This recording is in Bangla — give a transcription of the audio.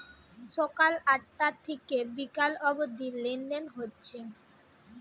সকাল আটটা থিকে বিকাল অব্দি লেনদেন হচ্ছে